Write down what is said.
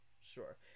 Sure